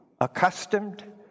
accustomed